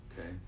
okay